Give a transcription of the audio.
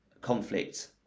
conflict